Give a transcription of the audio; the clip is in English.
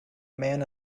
man